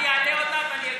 אני אעלה עוד רגע ואגיב.